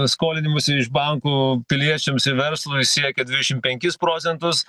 skolinimosi iš bankų piliečiams ir verslui siekia dvidešim penkis procentus